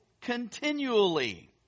continually